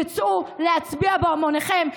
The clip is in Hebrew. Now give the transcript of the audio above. תצאו להצביע בהמוניכם,